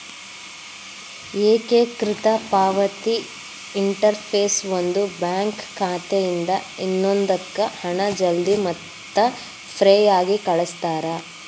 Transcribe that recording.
ಏಕೇಕೃತ ಪಾವತಿ ಇಂಟರ್ಫೇಸ್ ಒಂದು ಬ್ಯಾಂಕ್ ಖಾತೆಯಿಂದ ಇನ್ನೊಂದಕ್ಕ ಹಣ ಜಲ್ದಿ ಮತ್ತ ಫ್ರೇಯಾಗಿ ಕಳಸ್ತಾರ